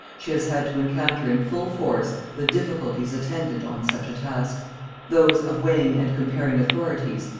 she has had to encounter in full force the difficulties attendant on such a task those of weighing and comparing authorities,